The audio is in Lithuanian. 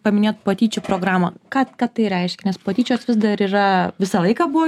paminėjot patyčių programą ką ką tai reiškia nes patyčios vis dar yra visą laiką buvo